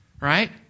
Right